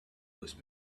those